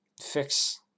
fix